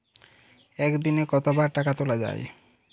একদিনে কতবার টাকা তোলা য়ায়?